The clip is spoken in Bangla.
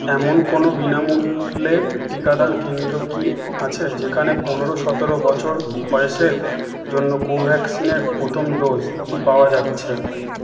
এমন কোনো বিনামূল্যের টিকাদান কেন্দ্র কি আছে যেখানে পনেরো সতেরো বছর বয়সের জন্য কোভ্যাক্সিনের প্রথম ডোজটি পাওয়া যাচ্ছে